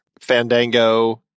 Fandango